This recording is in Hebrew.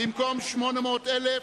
"במקום '800 אלף',